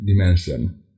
dimension